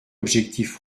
objectif